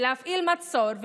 להפעיל מצור,